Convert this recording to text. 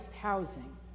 housing